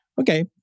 okay